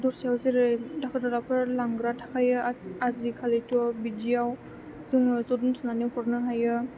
दस्रायाव जेरै दाखोर दालाफोर लांग्रा थाखायो आरो आजि खालिथ' बिदियाव जोङो ज' दोनथुमनानै हरनो हायो